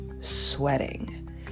sweating